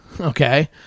Okay